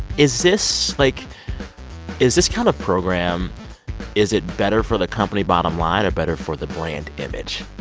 is this, like is this kind of program is it better for the company bottom line or better for the brand image?